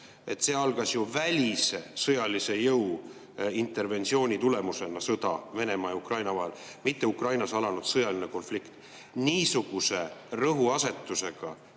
See algas ju välise sõjalise jõu, interventsiooni tõttu, see on sõda Venemaa ja Ukraina vahel, mitte Ukrainas alanud sõjaline konflikt. Niisuguse rõhuasetusega